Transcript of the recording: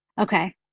Okay